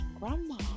Grandma